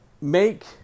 make